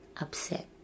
upset